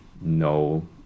no